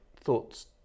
thoughts